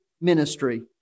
ministry